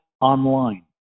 Online